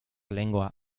lengua